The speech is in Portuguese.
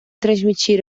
transmitir